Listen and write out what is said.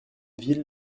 ville